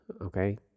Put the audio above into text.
Okay